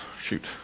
Shoot